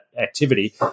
activity